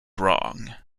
wrong